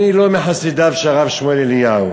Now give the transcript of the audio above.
אני לא מחסידיו של הרב שמואל אליהו,